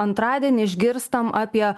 antradienį išgirstam apie